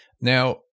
Now-